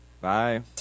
Bye